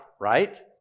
right